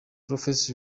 prophetess